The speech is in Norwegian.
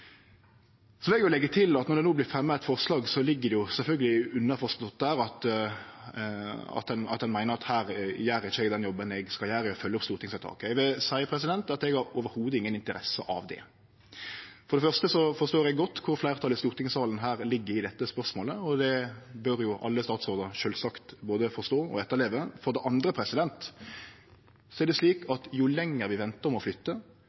Eg vil leggje til at når det no vert fremja eit forslag, så ligg det sjølvsagt underforstått at ein meiner at her gjer ikkje eg den jobben eg skal gjere med å følgje opp stortingsvedtaket. Eg vil seie at eg ikkje i det heile har interesse av det. For det første forstår eg godt kor fleirtalet i stortingssalen ligg i dette spørsmålet. Det bør alle statsrådar sjølvsagt både forstå og etterleve. For det andre er det slik at jo lenger vi ventar med å flytte,